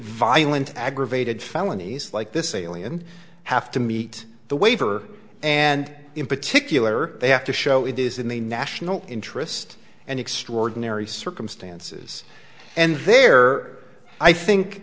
violent aggravated felonies like this alien have to meet the waiver and in particular they have to show it is in the national interest and extraordinary circumstances and there i think